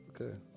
Okay